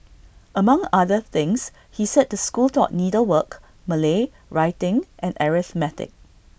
among other things he said the school taught needlework Malay writing and arithmetic